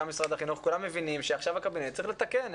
גם משרד החינוך וכולם מבינים שעכשיו הקבינט צריך לתקן.